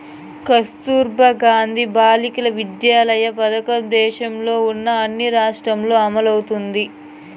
కస్తుర్బా గాంధీ బాలికా విద్యాలయ పథకం దేశంలో ఉన్న అన్ని రాష్ట్రాల్లో అమలవుతోంది